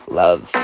love